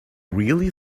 really